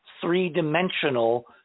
three-dimensional